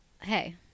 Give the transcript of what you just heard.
hey